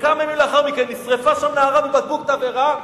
וכמה ימים לאחר מכן נשרפה שם נערה מבקבוק תבערה,